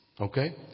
Okay